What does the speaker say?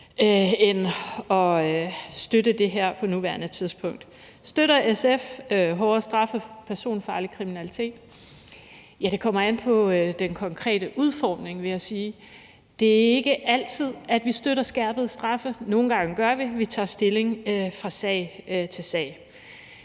end at støtte det her på nuværende tidspunkt. Støtter SF hårdere straffe for personfarlig kriminalitet? Det kommer an på den konkrete udformning, vil jeg sige. Det er ikke altid, vi støtter skærpede straffe. Nogle gange gør vi. Vi tager stilling fra sag til sag.